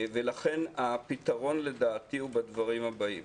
ולכן, הפתרון, לדעתי, הוא בדברים הבאים: